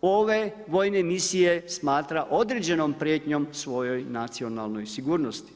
ove vojne misije smatra određenom prijetnjom svojoj nacionalnoj sigurnosti.